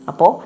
Apo